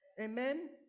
Amen